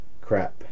crap